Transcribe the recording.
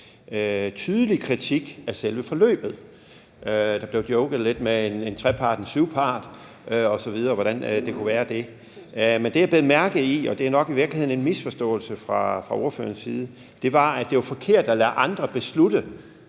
tydelig kritik af selve forløbet. Der blev joket lidt med, at treparten var en syvpart osv., og hvordan den kunne være det. Men det, jeg bed mærke i – og det er nok i virkeligheden en misforståelse hos ordføreren – var, at det var forkert at lade andre beslutte,